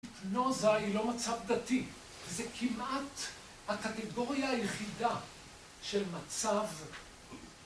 נוזה היא לא מצב דתי, זה כמעט הקטגוריה היחידה של מצב דתי.